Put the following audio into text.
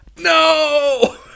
no